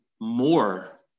more